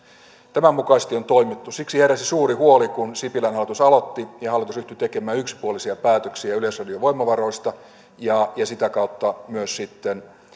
tämän mukaisesti on toimittu siksi heräsi suuri huoli kun sipilän hallitus aloitti ja kun hallitus ryhtyi tekemään yksipuolisia päätöksiä yleisradion voimavaroista ja sitä kautta myös sitten